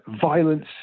violence